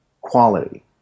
quality